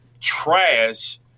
trash